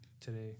today